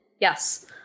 Yes